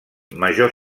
major